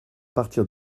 partir